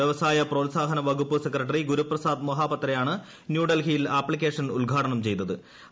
വൃവസായ പ്രോത്സാഹന വകുപ്പ് സെക്രട്ടറി ഗുരുപ്രസാദ് മഹാപത്രയാണ് ന്യൂഡൽഹിയിൽ ആപ്ലിക്കേഷൻ ഉദ്ഘാടനം നിർവ്വഹിച്ചത്